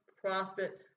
profit